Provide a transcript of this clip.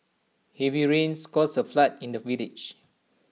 heavy rains caused A flood in the village